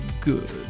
good